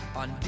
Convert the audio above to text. on